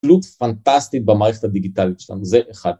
תלות פנטסטית במערכת הדיגיטלית שלנו, זה אחד.